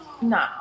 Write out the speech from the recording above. No